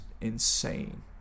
insane